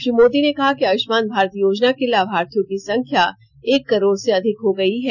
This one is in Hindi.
श्री मोदी ने कहा कि आयष्मान भारत योजना के लामार्थियों की संख्या एक करोड़ से अधिक हो गई हैं